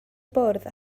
bwrdd